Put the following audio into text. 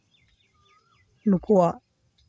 ᱱᱩᱠᱩᱣᱟᱜ